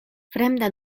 fremda